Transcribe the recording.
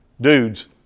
Dudes